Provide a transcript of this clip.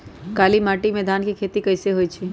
काली माटी में धान के खेती कईसे होइ छइ?